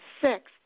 sixth